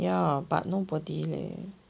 ya but nobody leh